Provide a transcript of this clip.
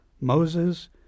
Moses